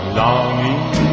longing